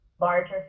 larger